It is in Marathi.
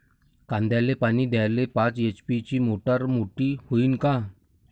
कांद्याले पानी द्याले पाच एच.पी ची मोटार मोटी व्हईन का?